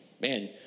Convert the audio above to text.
man